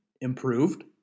improved